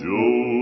Joe